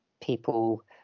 people